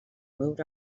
moved